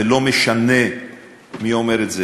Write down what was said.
ולא משנה מי אומר את זה,